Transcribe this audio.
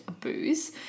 booze